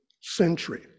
century